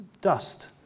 dust